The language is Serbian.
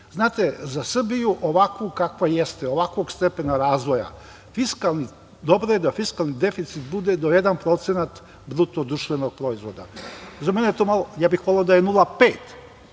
ide. Znate, za Srbiju ovakvu kakva jeste, ovakvog stepena razvoja, dobro je da fiskalni deficit bude do jedan procenat BDP. Za mene je to malo, ja bih voleo da je 0,5%,